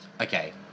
Okay